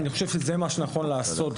אני חושב שזה גם מה שנכון לעשות.